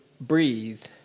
breathe